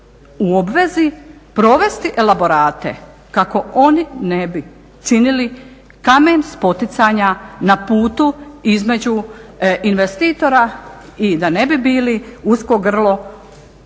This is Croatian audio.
u obvezi provesti elaborate kako oni ne bi činili kamen spoticanja na putu između investitora i da ne bi bili usko grlo u